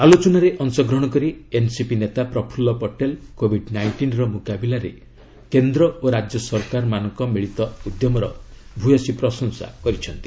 ଆଲୋଚନରେ ଅଂଶଗ୍ରହଣ କରି ଏନ୍ସିପି ନେତା ପ୍ରଫୁଲ୍ଲ ପଟେଲ କୋବିଡ୍ ନାଇଷ୍ଟିନ୍ର ମୁକାବିଲାରେ କେନ୍ଦ୍ର ଓ ରାଜ୍ୟ ସରକାର ମାନଙ୍କ ମିଳିତ ଉଦ୍ୟମର ଭୟସୀ ପ୍ରଶଂସା କରିଛନ୍ତି